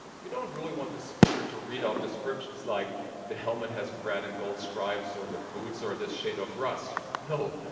you don't really want the speaker to read out descriptions like the helmet has red and gold stripes, or the boots are this shade of rust. no,